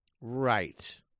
Right